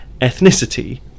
ethnicity